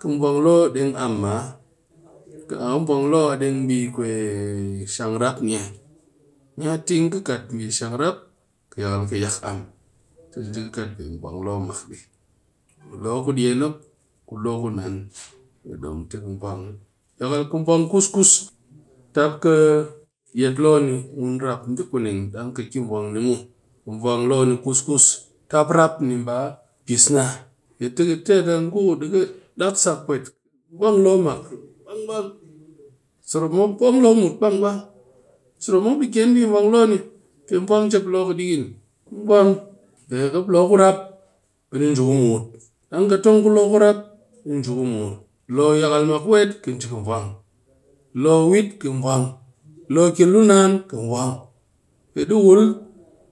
kɨ vwang loo deng am maa aka vwang loo deng bi shang rap niye naa ting kɨ kat bi shang rap yakal yak am ti ka nji ka kat pe vwang loo mak dɨ, loo ku diyen mop ku loo ku naa'an ni ka dom tɨ ka vwang yakal ka vwang kus-kus tap kɨ yet loo ni mun rap ndekuneng dang ka kɨ vwang ni muw ka vwang loo ni kus-kus tap rap ni ba bis naa, yet tɨ ka tet a ngu ku di dak sak pwet, kɨ vwang loo mak bang-bang sirop mop vwang loo mut bang-bang, sirop mop de ken bi vwang loo ni pe vwang njep loo kidikin mop vwang pe mop loo kurap bi de nji kumut, dang ki tong nji kumut loo yakal kɨ vwang mak wet kɨ vwang loo wit kɨ vwang, loo kɨ lu naan kɨ vwang.